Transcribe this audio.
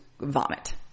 vomit